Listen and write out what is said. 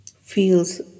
feels